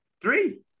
Three